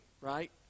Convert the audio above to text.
right